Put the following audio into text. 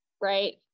Right